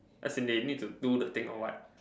as in they need to do the thing or what